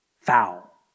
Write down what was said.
foul